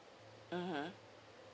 mmhmm